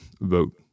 vote